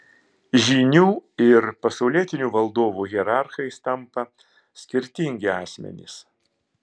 žynių ir pasaulietinių valdovų hierarchais tampa skirtingi asmenys